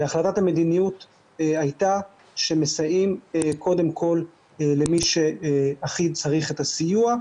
והחלטת המדיניות הייתה שמסייעים קודם כל למי שהכי צריך את הסיוע,